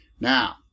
Now